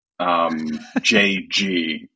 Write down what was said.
JG